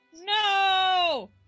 No